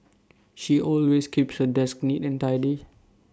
she always keeps her desk neat and tidy